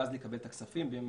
ואז לקבל את הכספים מהממשלה.